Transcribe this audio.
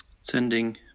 sending